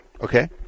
Okay